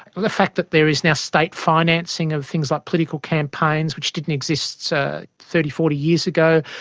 the fact that there is now state financing of things like political campaigns, which didn't exist so thirty, forty years ago,